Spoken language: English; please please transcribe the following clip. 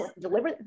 deliver